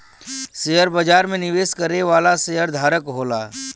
share में निवेश करे वाला शेयरधारक होला